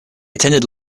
attended